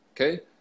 Okay